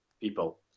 people